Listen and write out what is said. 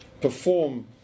perform